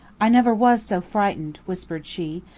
i never was so frightened, whispered she,